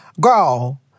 Girl